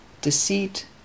deceit